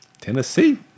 Tennessee